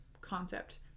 concept